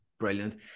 Brilliant